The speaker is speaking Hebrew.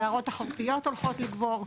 הסערות החורפיות הולכות לגבור.